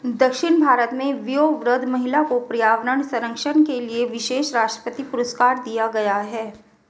दक्षिण भारत में वयोवृद्ध महिला को पर्यावरण संरक्षण के लिए विशेष राष्ट्रपति पुरस्कार दिया गया है